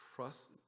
Trust